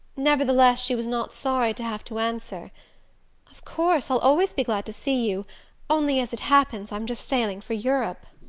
nevertheless she was not sorry to have to answer of course i'll always be glad to see you only, as it happens, i'm just sailing for europe.